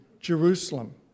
Jerusalem